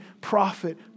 prophet